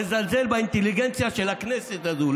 לזלזל באינטליגנציה של הכנסת הזו,